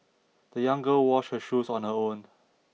the young girl washed her shoes on her own